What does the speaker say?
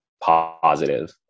positive